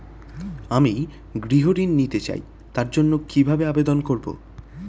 আমি গৃহ ঋণ নিতে চাই তার জন্য কিভাবে আবেদন করব?